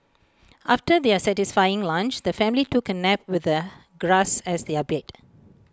after their satisfying lunch the family took A nap with the grass as their bed